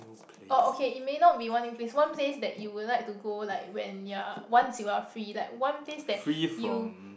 orh okay it may not be one new place one place that you would like to go like when you're once you're like free like one place that you